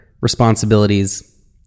responsibilities